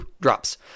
drops